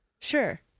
Sure